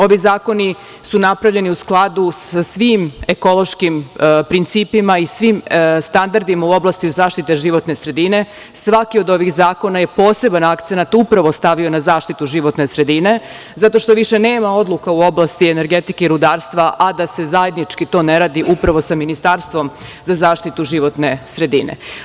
Ovi zakoni su napravljeni u skladu sa svim ekološkim principima i svim standardima u oblasti životne sredine, svaki od ovih zakona je poseban akcenat upravo stavio na zaštitu životne sredine, zato što više nema odluka u oblasti energetike i rudarstva, a da se zajednički to ne radi, upravo sa Ministarstvom za zaštitu životne sredine.